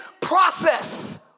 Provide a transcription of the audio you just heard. process